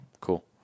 cool